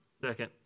Second